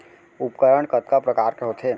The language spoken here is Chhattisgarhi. उपकरण कतका प्रकार के होथे?